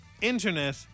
internet